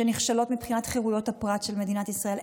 נחשלות מבחינת חירויות הפרט של מדינת ישראל.